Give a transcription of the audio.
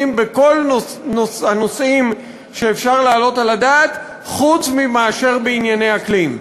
בכל הנושאים שאפשר להעלות על הדעת חוץ מאשר בענייני אקלים.